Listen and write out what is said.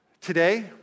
Today